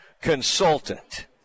consultant